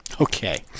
Okay